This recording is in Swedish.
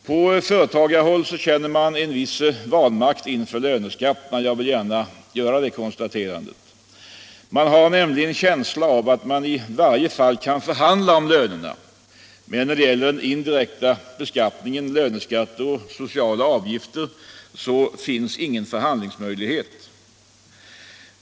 På företagarhåll känner man en viss vanmakt inför löneskatterna — jag vill gärna konstatera det. Man har en känsla av att man i varje fall kan förhandla om lönerna. Men när det gäller den indirekta beskattningen, löneskatter och sociala avgifter, finns det ingen förhandlingsmöjlighet.